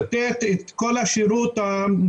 ללמוד לתת את כל השירות מסביב,